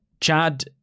Chad